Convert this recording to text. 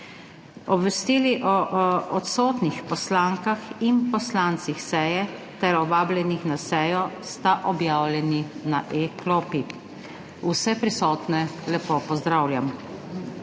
Obvestili o odsotnih poslankah in poslancih seje ter o vabljenih na sejo sta objavljeni na e-klopi. Vse prisotne lepo pozdravljam.